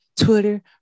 Twitter